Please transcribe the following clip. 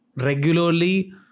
regularly